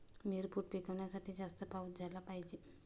मिरपूड पिकवण्यासाठी जास्त पाऊस झाला पाहिजे